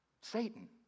Satan